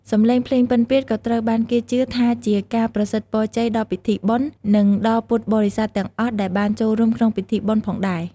សំឡេងភ្លេងពិណពាទ្យក៏ត្រូវបានគេជឿថាជាការប្រសិទ្ធពរជ័យដល់ពិធីបុណ្យ និងដល់ពុទ្ធបរិស័ទទាំងអស់ដែលបានចូលរួមក្នុងពិធីបុណ្យផងដែរ។